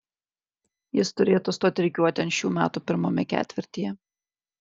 jis turėtų stoti rikiuotėn šių metų pirmame ketvirtyje